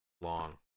long